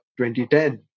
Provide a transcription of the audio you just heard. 2010